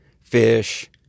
fish